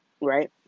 right